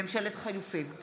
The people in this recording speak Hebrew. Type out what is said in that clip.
ממשלת חילופים).